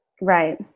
Right